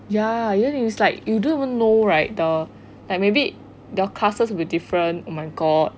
ya then it's like you don't even know like the like maybe your classes will be different oh my god